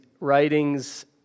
writings